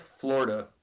Florida